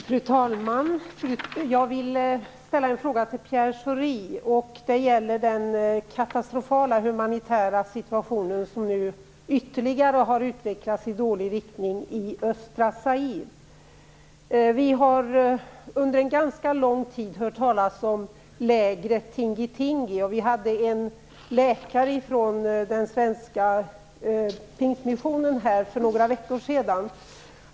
Fru talman! Jag vill ställa en fråga till Pierre Schori, och den gäller den katastrofala humanitära situation som nu ytterligare har utvecklats i dålig riktning i östra Zaire. Vi har under en ganska lång tid hört talas om lägret Tingi-Tingi, och en läkare från den svenska pingstmissionen var här för några veckor sedan.